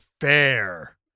fair